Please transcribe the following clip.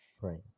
right